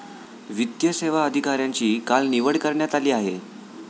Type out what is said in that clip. वित्तीय सेवा अधिकाऱ्यांची काल निवड करण्यात आली आहे